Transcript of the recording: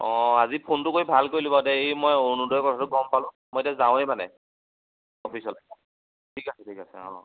অঁ আজি ফোনটো কৰি ভাল কৰিলো বাৰু দে এই মই অৰুনোদয়ৰ কথাটো গম পালোঁ মই এতিয়া যাওঁৱেই মানে অফিচলেৈঠিক আছে ঠিক আছে অ